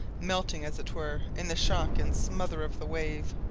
melting, as it were, in the shock and smother of the wave.